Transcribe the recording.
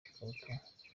z’ivugabutumwa